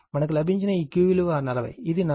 మనకు లభించిన ఈ Q విలువ 40 ఇది 40